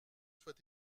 soit